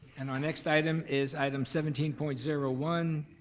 and our next item is item seventeen point zero one,